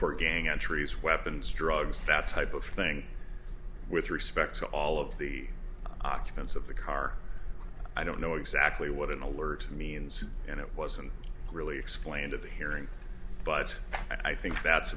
for gang entries weapons drugs that type of thing with respect to all of the occupants of the car i don't know exactly what an alert means and it wasn't really explained of the hearing but i think that's